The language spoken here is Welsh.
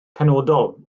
penodol